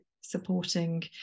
supporting